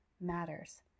matters